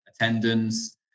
attendance